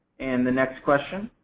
and the next question,